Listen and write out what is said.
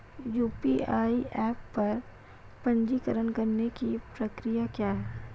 UPI app पर पंजीकरण करने की प्रक्रिया क्या है?